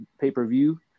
pay-per-view